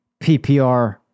PPR